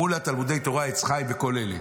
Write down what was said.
מול תלמודי תורה עץ חיים וכוללים.